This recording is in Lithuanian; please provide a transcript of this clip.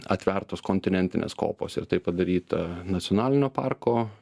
atvertos kontinentinės kopos ir tai padaryta nacionalinio parko